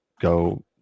go